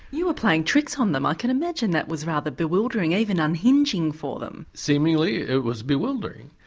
you were playing tricks on them, i can imagine that was rather bewildering, even unhinging, for them. seemingly it was bewildering.